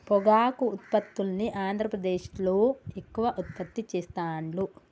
పొగాకు ఉత్పత్తుల్ని ఆంద్రప్రదేశ్లో ఎక్కువ ఉత్పత్తి చెస్తాండ్లు